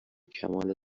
کمال